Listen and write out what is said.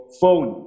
phone